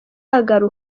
ari